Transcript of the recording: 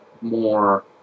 more